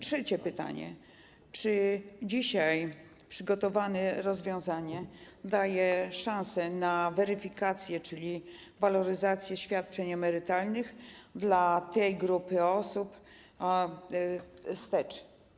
Trzecie pytanie: Czy przygotowane dzisiaj rozwiązanie daje szansę na weryfikację, czyli waloryzację świadczeń emerytalnych dla tej grupy osób wstecz?